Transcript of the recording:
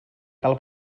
cal